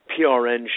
PRN